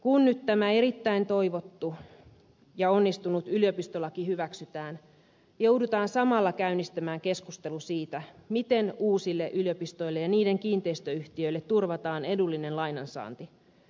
kun nyt tämä erittäin toivottu ja onnistunut yliopistolaki hyväksytään joudutaan samalla käynnistämään keskustelu siitä miten uusille yliopistoille ja niiden kiinteistöyhtiöille turvataan edullinen lainansaanti